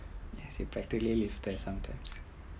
yes you better live there sometime